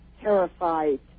terrified